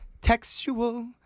textual